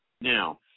Now